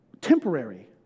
temporary